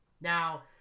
Now